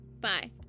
Bye